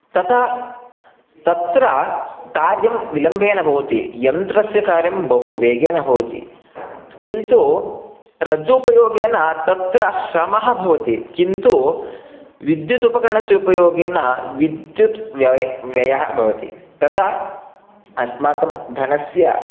तथा तत्र कार्यं विलम्बेन भवति यन्त्रस्य कार्यं बहु वेगेन भवति किन्तु रज्जोः उपयोगेन तत्र श्रमः भवति किन्तु विद्युदुपकरणस्य उपयोगेन विद्युत् व्ययः व्ययः भवति तथा अस्माकं धनस्य